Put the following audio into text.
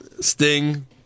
Sting